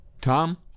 Tom